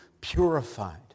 purified